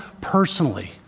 personally